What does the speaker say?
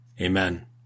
Amen